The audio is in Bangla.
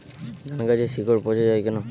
ধানগাছের শিকড় পচে য়ায় কেন?